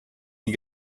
die